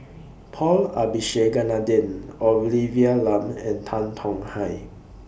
Paul Abisheganaden Olivia Lum and Tan Tong Hye